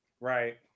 Right